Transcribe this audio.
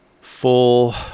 full